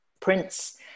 prince